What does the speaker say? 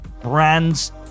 brands